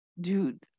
Dude